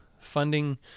funding